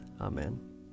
Amen